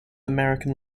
american